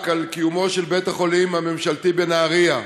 על קיומו של בית-החולים הממשלתי בנהריה,